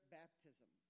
baptism